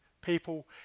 people